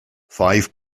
five